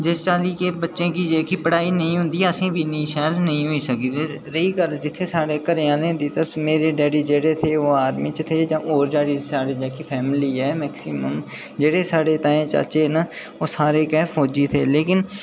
जिस चाल्ली कि जेह्की बच्चें गी पढ़ाई नेईं होंदी ते असेंगी बी इन्नी शैल नेईं होई सकी ते रेही गल्ल जित्थूं तोड़ी साढ़े घरै आह्लें दी ते मेरे डैडी जेह्ड़े थे ओह् आर्मी च थे होर जेह्ड़ी साढ़ी फैमिली ऐ मेक्सीमम जेह्ड़े साढ़े ताए चाचे न ओह् सारे गै फौजी थे लेकिन